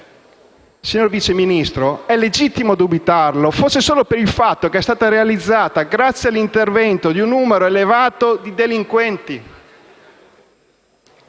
Signor Vice Ministro, è legittimo dubitare per il semplice fatto che è stata realizzata grazie all'intervento di un numero elevato di delinquenti.